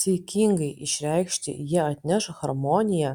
saikingai išreikšti jie atneš harmoniją